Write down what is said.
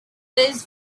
was